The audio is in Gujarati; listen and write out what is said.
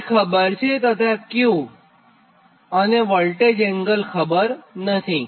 P ખબર છે અને Q તથા વોલ્ટેજ એંગલ ખબર નથી